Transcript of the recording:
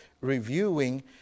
reviewing